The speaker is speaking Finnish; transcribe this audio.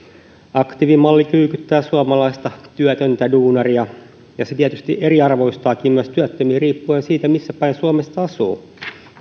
aktiivimalli kyykyttää suomalaista työtöntä duunaria ja tietysti eriarvoistaakin työttömiä riippuen siitä missä päin suomessa asuu